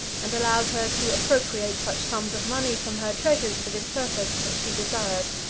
and allowed her to appropriate such sums of money from her treasures for this purpose as she desired.